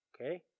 Okay